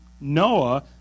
Noah